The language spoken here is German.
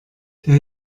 der